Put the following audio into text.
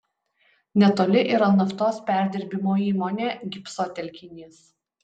netoli yra naftos perdirbimo įmonė gipso telkinys